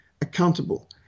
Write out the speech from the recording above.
accountable